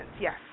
yes